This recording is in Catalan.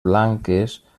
blanques